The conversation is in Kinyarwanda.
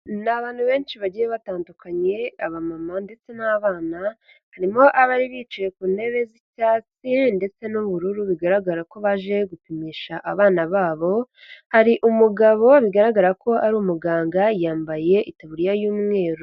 Ni abantu benshi bagiye batandukanye abamama ndetse n'abana, harimo abari bicaye ku ntebe z'icyatsi ndetse n'ubururu bigaragara ko baje gupimisha abana babo, hari umugabo bigaragara ko ari umuganga yambaye itaburiya y'umweru.